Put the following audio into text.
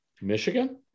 Michigan